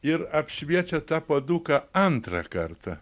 ir apšviečia tą puoduką antrą kartą